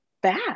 bad